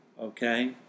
okay